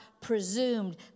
presumed